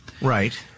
Right